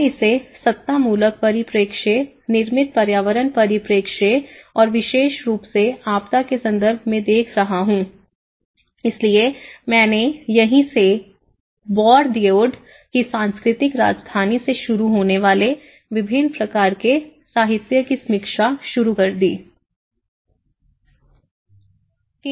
मैं इसे सत्तामूलक परिप्रेक्ष्य निर्मित पर्यावरण परिप्रेक्ष्य और विशेष रूप से आपदा के संदर्भ में देख रहा हूं इसलिए मैंने यहीं से बौरदिएउ की सांस्कृतिक राजधानी से शुरू होने वाले विभिन्न प्रकार के साहित्य की समीक्षा शुरू कर दी है